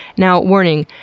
now, warning